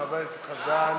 חבר הכנסת חזן.